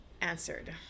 answered